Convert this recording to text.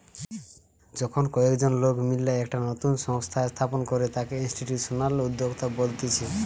যখন কয়েকজন লোক মিললা একটা নতুন সংস্থা স্থাপন করে তাকে ইনস্টিটিউশনাল উদ্যোক্তা বলতিছে